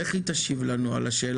איך היא תשיב לנו על השאלה העירונית?